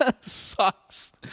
sucks